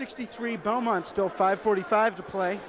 sixty three bowman still five forty five to play